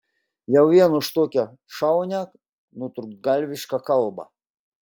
jau vien už tokią šaunią nutrūktgalvišką kalbą